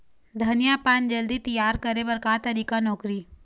धनिया पान जल्दी तियार करे बर का तरीका नोकरी?